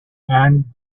and